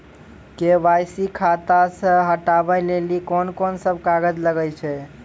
KYC खाता से हटाबै लेली कोंन सब कागज लगे छै?